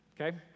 okay